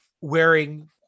wearing